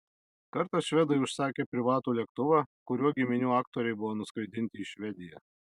kartą švedai užsakė privatų lėktuvą kuriuo giminių aktoriai buvo nuskraidinti į švediją